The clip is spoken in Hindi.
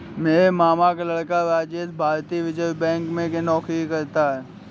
मेरे मामा का लड़का राजेश भारतीय रिजर्व बैंक में नौकरी करता है